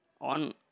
on